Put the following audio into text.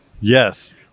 Yes